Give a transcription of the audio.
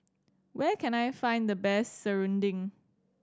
where can I find the best Serunding